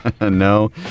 No